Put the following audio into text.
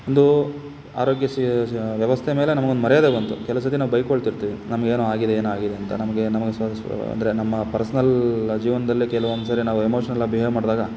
ಒಂದು ಆರೋಗ್ಯ ವ್ಯವಸ್ಥೆ ಮೇಲೇ ನಮಗೊಂದು ಮರ್ಯಾದೆ ಬಂತು ಕೆಲವು ಸರ್ತಿ ನಾವು ಬೈಕೊಳ್ತಿರ್ತೀವಿ ನಮ್ಗೆ ಏನೋ ಆಗಿದೆ ಏನೋ ಆಗಿದೆ ಅಂತ ನಮಗೆ ನಮಗೆ ಅಂದರೆ ನಮ್ಮ ಪರ್ಸ್ನಲ್ ಜೀವನದಲ್ಲೇ ಕೆಲವೊಂದು ಸಾರಿ ನಾವು ಎಮೋಷ್ನಲ್ಲಾಗಿ ಬಿಹೇವ್ ಮಾಡಿದಾಗ